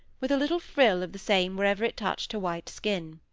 with a little frill of the same wherever it touched her white skin.